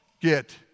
get